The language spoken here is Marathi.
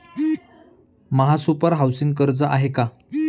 महासुपर हाउसिंग कर्ज आहे का?